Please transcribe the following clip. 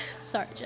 Sorry